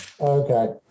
okay